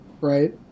right